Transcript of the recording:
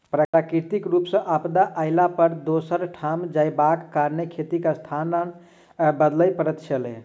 प्राकृतिक रूप सॅ आपदा अयला पर दोसर ठाम जायबाक कारणेँ खेतीक स्थान बदलय पड़ैत छलै